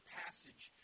passage